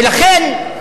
ולכן,